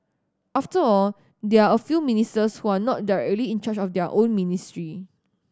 after all there are a few ministers who are not directly in charge of their own ministry